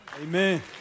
Amen